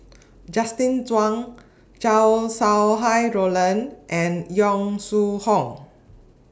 Justin Zhuang Chow Sau Hai Roland and Yong Shu Hoong